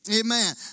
amen